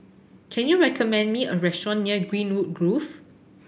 can you recommend me a restaurant near Greenwood Grove